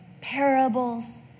parables